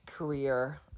career